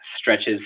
stretches